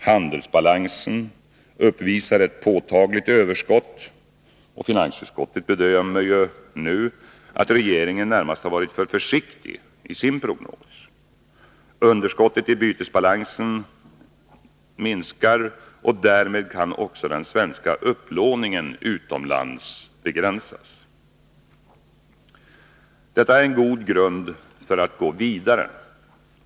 Handelsbalansen uppvisar ett påtagligt överskott, och finansutskottet bedömer ju nu att regeringen närmast har varit för försiktig i sin prognos. Underskottet i bytesbalansen minskar, och därmed kan också den svenska upplåningen utomlands begränsas. Detta är en god grund för att gå vidare.